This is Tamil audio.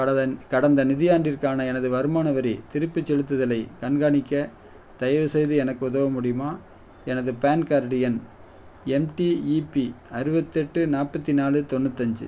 கடந்த கடந்த நிதியாண்டிற்கான எனது வருமான வரி திருப்பிச் செலுத்துதலைக் கண்காணிக்க தயவுசெய்து எனக்கு உதவ முடியுமா எனது பான் கார்டு எண் எம்டிஇபி அறுபத்தெட்டு நாற்பத்தி நாலு தொண்ணூத்தஞ்சு